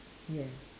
yeah